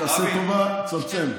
אמרו לי: תעשה טובה, צמצם.